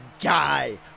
guy